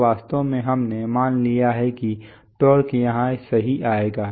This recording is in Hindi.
तो वास्तव में हमने मान लिया है कि टॉर्क यहां सही आएगा